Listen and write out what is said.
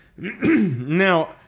Now